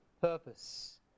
purpose